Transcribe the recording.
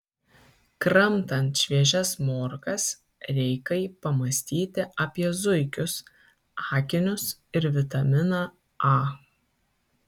kramtant šviežias morkas reikai pamąstyti apie zuikius akinius ir vitaminą a